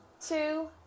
two